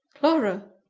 clara!